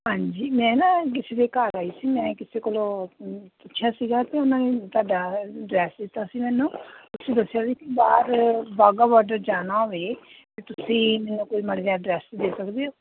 ਹਾਂਜੀ ਮੈਂ ਨਾ ਕਿਸੇ ਦੇ ਘਰ ਆਈ ਸੀ ਮੈਂ ਕਿਸੇ ਕੋਲੋਂ ਪੁੱਛਿਆ ਸੀਗਾ ਅਤੇ ਉਹਨਾਂ ਨੇ ਤੁਹਾਡਾ ਅਡਰੈਸ ਦਿੱਤਾ ਸੀ ਮੈਨੂੰ ਉਹ 'ਚ ਦੱਸਿਆ ਸੀ ਕਿ ਬਾਹਰ ਵਾਘਾ ਬੋਡਰ ਜਾਣਾ ਹੋਵੇ ਤਾਂ ਤੁਸੀਂ ਮੈਨੂੰ ਕੋਈ ਮਾੜਾ ਜਿਹਾ ਅਡਰੈਸ ਦੇ ਸਕਦੇ ਹੋ